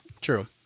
True